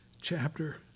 chapter